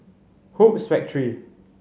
Hoops Factory